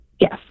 Yes